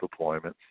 deployments